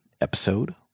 episode